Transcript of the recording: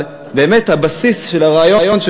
אבל באמת הבסיס של הרעיון,